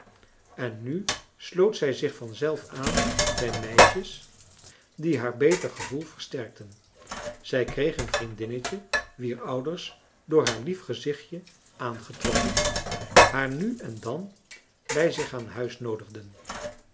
en nu sloot zij zich vanzelf aan bij meisjes die haar beter gevoel versterkten zij kreeg een vriendinnetje wier ouders door haar lief gezichtje aangetrokken haar nu en dan bij zich aan huis noodigden